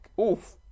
Oof